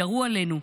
ירו עלינו,